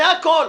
זה הכול.